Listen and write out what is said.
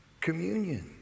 Communion